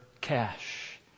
cash